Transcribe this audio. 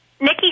Nikki